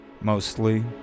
mostly